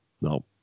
no